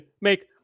make